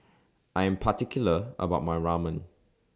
I Am particular about My Ramen